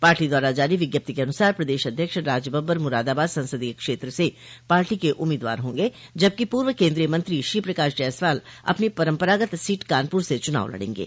party द्वारा जारी विज्ञप्ति के अनुसार प्रदेश अध्यक्ष राजबब्बर मुरादाबाद संसदीय क्षेत्र से पार्टी के उम्मीदवार होंगे जबकि पूर्व केन्द्रीय मंत्री श्रीप्रकाश जायसवाल अपनी परम्परागत सीट कानपुर से चुनाव लड़ेंगे